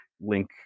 link